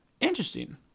Interesting